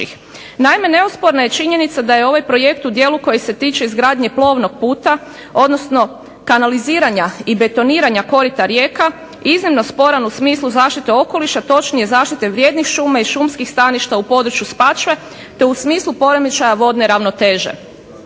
Naime, neosporna je činjenica da je ovaj projekt u dijelu koji se tiče izgradnje plovnog puta, odnosno kanaliziranja i betoniranja korita rijeka iznimno sporan u smislu zaštite okoliša, točnije zaštite vrijednih šuma i šumskih staništa u području Spačve te u smislu poremećaja vodne ravnoteže.